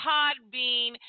Podbean